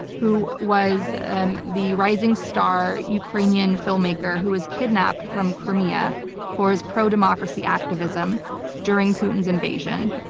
who was um the rising star ukrainian filmmaker who was kidnapped from crimea for his pro democracy activism during putin's invasion.